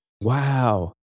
Wow